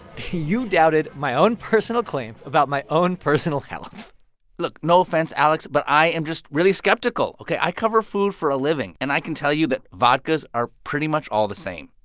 you doubted my own personal claims about my own personal health look. no offense, alex, but i am just really skeptical. ok. i cover food for a living. and i can tell you that vodkas are pretty much all the same.